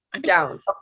Down